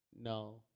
no